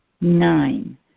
Nine